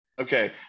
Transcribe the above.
Okay